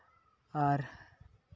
ᱟᱨ